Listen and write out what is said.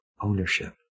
ownership